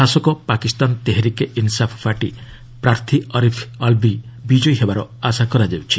ଶାସକ ପାକିସ୍ତାନ ତେହେରିକେ ଇନ୍ସାଫ୍ ପାର୍ଟି ପ୍ରାର୍ଥୀ ଅରିଫ୍ ଆଲ୍ବି ବିଜୟୀ ହେବାର ଆଶା କରାଯାଉଛି